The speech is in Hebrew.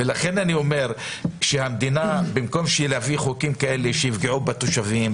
ולכן אני אומר שבמקום שהמדינה תביא חוקים כאלה שיפגעו בתושבים,